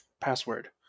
password